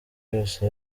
yose